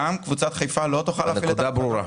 גם קבוצת חיפה לא תוכל- -- לא,